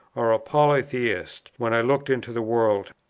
or a polytheist when i looked into the world.